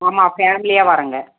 ஆமாம் ஃபேம்லியாக வரோங்க